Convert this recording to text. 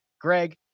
Greg